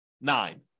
nine